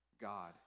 god